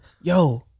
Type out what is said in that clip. yo